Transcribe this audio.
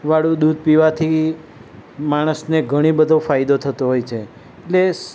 વાળું દૂધ પીવાથી માણસને ઘણી બધો ફાયદો થતો હોય છે એટલે